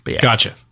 gotcha